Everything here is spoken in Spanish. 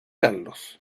carlos